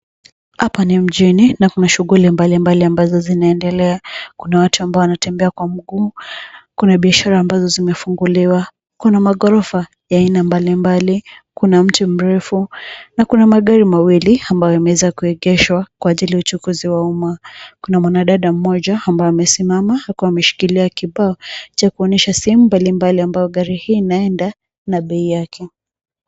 Hapa ni mjini na kuna shughuli mbalimbali ambazo zinaendelea. Kuna watu ambao wanatembea kwa mguu, kuna biashara ambazo zimefunguliwa, kuna maghorofa ya aina mbalimbali, kuna mti mrefu na kuna magari mawili ambayo yameweza kuegeshwa kwa ajili ya uchukuzi wa umma. Kuna mwanadada mmoja ambaye amesimama huku ameshikilia kibao cha kuonesha sehemu mbalimbali ambayo gari hii inaenda na bei yake.